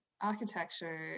architecture